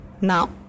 now